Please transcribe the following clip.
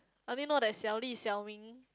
I only know that Xiao li Xiao ming